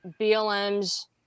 BLM's